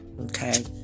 Okay